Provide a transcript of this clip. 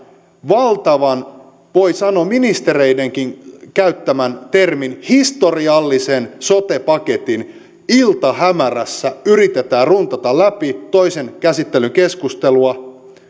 valtavan voi sanoa ministereidenkin käyttämällä termillä historiallisen sote paketin kanssa iltahämärässä yritetään runtata läpi toisen käsittelyn keskustelua